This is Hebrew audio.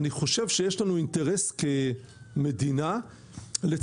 אני חושב שיש לנו אינטרס כמדינה לצמצם